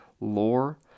lore